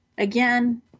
Again